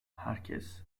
herkes